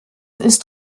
ist